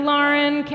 Lauren